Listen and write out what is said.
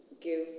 give